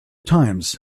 times